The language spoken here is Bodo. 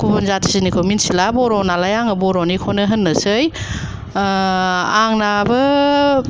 गुबुन जाथिनिखौ मिथिया बर' नालाय आङो बर'निखौनो होननोसै ओ आंनाबो